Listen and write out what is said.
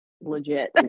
legit